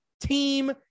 team